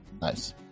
Nice